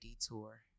detour